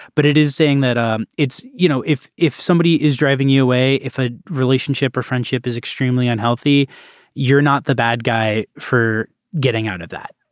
but it is saying that it's you know if if somebody is driving your way if a relationship or friendship is extremely unhealthy you're not the bad guy for getting out of that